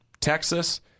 Texas